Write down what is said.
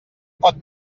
pot